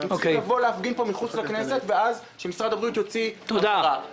הם צריכים לבוא להפגין מחוץ לכנסת כדי שמשרד הבריאות יוציא הבהרה.